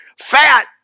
fat